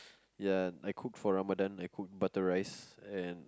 ya I cooked for Ramadan I cooked butter rice and